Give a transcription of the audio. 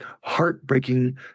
heartbreaking